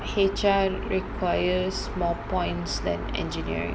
H_R requires more points than engineering